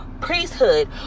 priesthood